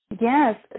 Yes